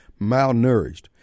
malnourished